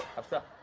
upset.